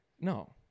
no